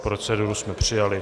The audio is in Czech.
Proceduru jsme přijali.